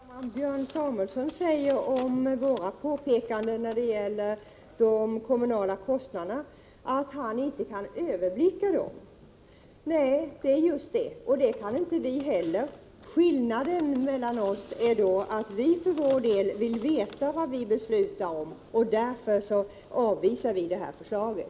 Herr talman! Björn Samuelson säger om våra påpekanden när det gäller de kommunala kostnaderna att han inte kan överblicka dem. Nej, det är just det, och det kan inte vi heller. Skillnaden mellan oss är att vi för vår del vill veta vad vi beslutar om. Därför avvisar vi förslaget.